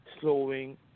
slowing